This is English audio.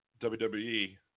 WWE